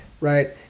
Right